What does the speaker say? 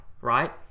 right